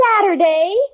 Saturday